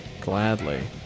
Gladly